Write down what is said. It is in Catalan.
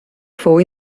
fou